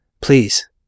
please